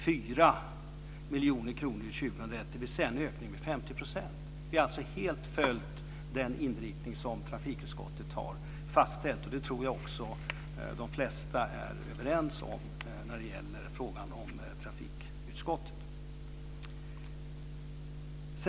Vi har alltså helt följt den inriktning som trafikutskottet har fastställt. Det tror jag att de flesta är överens om.